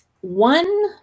one